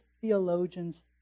theologians